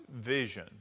vision